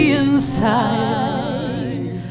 inside